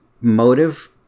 motive